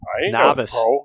novice